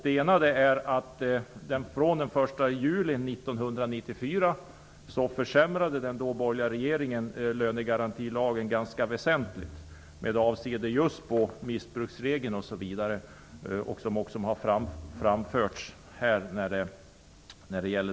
Det ena är att den dåvarande borgerliga regeringen den 1 juli 1994 försämrade lönegarantilagen ganska väsentligt bl.a. med avseende just på missbruksregeln, såsom här också har framförts.